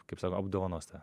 kaip sako apdovanos tave